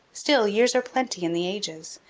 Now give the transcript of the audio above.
still, years are plenty in the ages,